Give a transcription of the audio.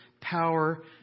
power